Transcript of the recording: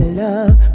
love